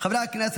אין נמנעים.